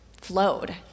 flowed